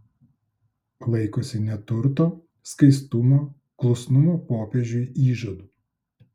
laikosi neturto skaistumo klusnumo popiežiui įžadų